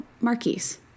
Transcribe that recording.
Marquise